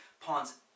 pawns